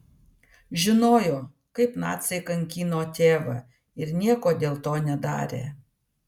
žinojo kaip naciai kankino tėvą ir nieko dėl to nedarė